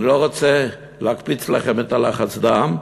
אני לא רוצה להקפיץ לכם את לחץ הדם,